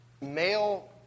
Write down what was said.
male